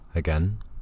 Again